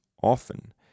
often